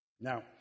Now